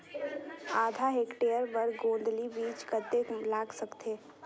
आधा हेक्टेयर बर गोंदली बीच कतेक लाग सकथे?